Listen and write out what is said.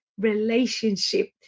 relationship